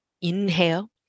inhale